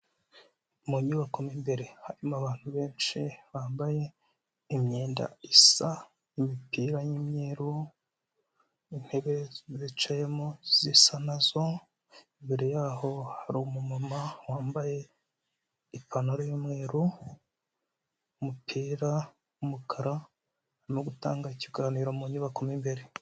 Mu nyubako mo imbere harimo abantu benshi bambaye imyenda isa, imipira y'imyeru intebe zo bicayemo zisa nazo. Imbere yaho hari umumama wambaye ipantaro y'umweru, umupira w'umukara, no gutanga ikiganiro mu nyubako mo imbere.